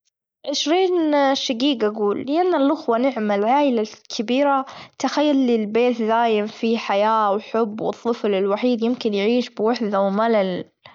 عشرين شجيج أجول لأن الأخوة، نعمة العيلة الكبيرة تخلي البيث ذايم فيه حياة، وحب والطفل الوحيد يمكن يعيش بوحدة وملل.